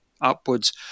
upwards